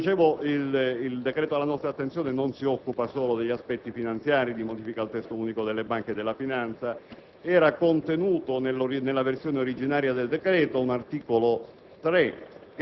Come dicevo, il decreto alla nostra attenzione non si occupa solo di aspetti finanziari, di modifica al Testo unico delle banche e della finanza: era contenuto nella versione originaria del decreto un articolo